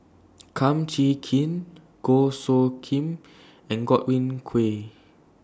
Kum Chee Kin Goh Soo Khim and Godwin Koay